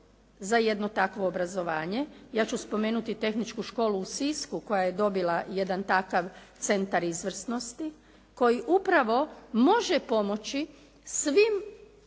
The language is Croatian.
za jedno takvo obrazovanje, ja ću spomenuti tehničku školu u Sisku koja je dobila jedan takav centar izvrsnosti koji upravo može pomoći svim